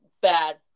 bad